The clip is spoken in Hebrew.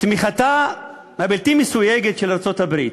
תמיכתה הבלתי-מסויגת של ארצות-הברית,